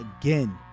again